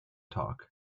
talk